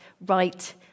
right